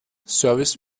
service